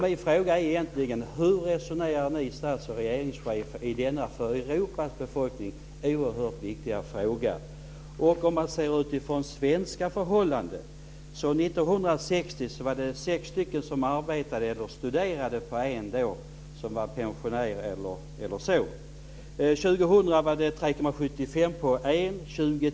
Min fråga är egentligen: Hur resonerar ni stats och regeringschefer i denna för Europas befolkning oerhört viktiga fråga? Om man ser utifrån svenska förhållanden var det sex stycken som arbetade eller studerade på en som var pensionär år 1960. År 2000 var det 3,75 arbetande på en pensionär.